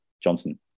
Johnson